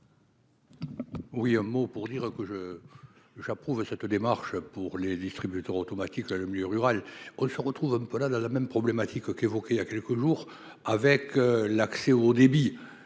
Oui, un mot pour dire que je j'approuve cette démarche pour les distributeurs automatiques, là, le milieu rural, on se retrouve un peu la dans la même problématique qu'évoquait il y a quelques jours, avec l'accès au haut